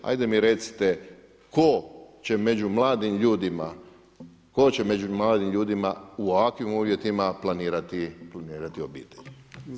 Ajde mi recite, tko će među mladim ljudima, tko će među mladim ljudima u ovakvim uvjetima planirati obitelj?